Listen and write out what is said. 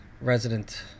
resident